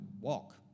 walk